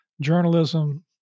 journalism